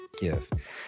give